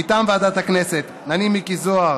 מטעם ועדת הכנסת: אני, מיקי זוהר,